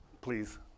Please